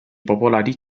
popolari